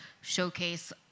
showcase